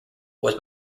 was